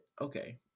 okay